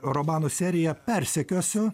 romano serija persekiosiu